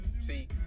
See